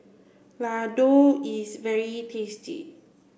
Ladoo is very tasty